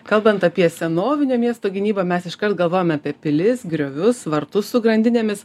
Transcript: kalbant apie senovinio miesto gynybą mes iškart galvojame apie pilis griovius vartus su grandinėmis